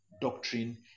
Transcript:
doctrine